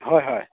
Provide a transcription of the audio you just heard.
ꯍꯣꯏ ꯍꯣꯏ